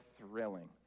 thrilling